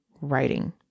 writing